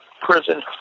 Prison